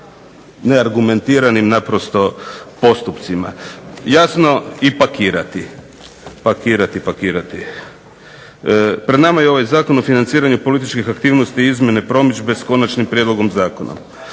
neargumentiranim naprosto postupcima. Jasno i pakirati, pakirati, pakirati. Pred nama je ovaj Zakon o financiranju političkih aktivnosti i izmjene promidžbe s konačnim prijedlogom zakona.